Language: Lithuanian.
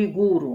uigūrų